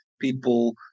people